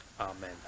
Amen